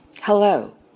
Hello